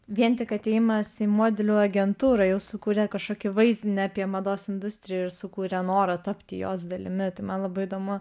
vien tik atėjimas į modelių agentūrą jau sukūrė kažkokį vaizdinį apie mados industriją ir sukūrė norą tapti jos dalimi tai man labai įdomu